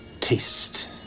taste